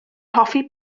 hoffi